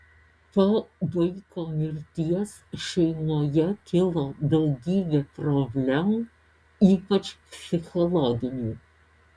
po vaiko mirties šeimoje kilo daugybė problemų ypač psichologinių